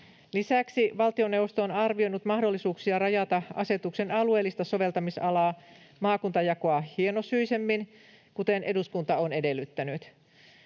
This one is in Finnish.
Lisäksi valtioneuvosto on arvioinut mahdollisuuksia rajata asetuksen alueellista soveltamisalaa maakuntajakoa hienosyisemmin, kuten eduskunta on edellyttänyt.